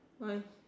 why